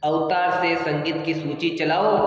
अवतार से संगीत की सूची चलाओ